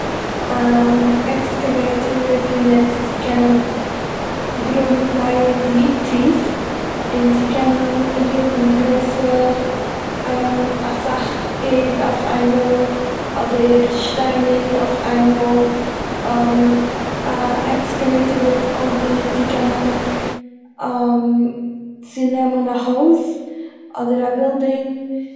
אן עקסקעוועיטער ווערט גענוצט צו קענען גראבן זייער די- טיף און צו קענען ריקן גרויסע א- אסאך גרויסע ערד אויף איין מאל אדער שטיינער אויף איין מאל. א עקסקעוויעטער ווערט אויך גענוצט צו קענען צונעמען א הויז אדער א בילדינג...